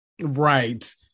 Right